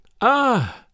Ah